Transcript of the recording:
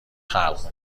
خلق